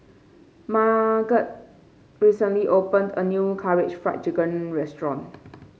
Marget recently opened a new Karaage Fried Chicken Restaurant